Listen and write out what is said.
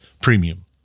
premium